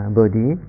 body